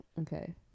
Okay